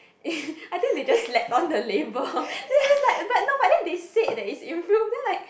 I think they just slapped on the label then she just like but no but then they said that it's improved then I like